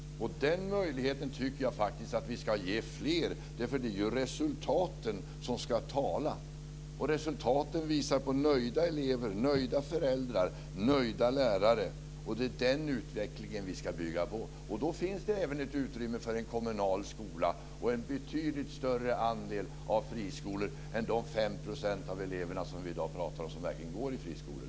Den möjligheten tycker jag faktiskt att vi ska ge fler. Det är ju resultaten som ska tala, och resultaten visar på nöjda elever, nöjda föräldrar och nöjda lärare. Det är den utvecklingen vi ska bygga på. Då finns det även ett utrymme för en kommunal skola och en betydligt större andel friskolor. Det är 5 % av eleverna, som vi i dag pratar om, som verkligen går i friskolor.